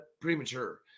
premature